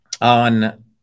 on